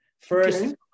first